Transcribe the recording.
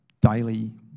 daily